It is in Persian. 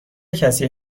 کسی